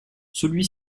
celui